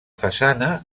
façana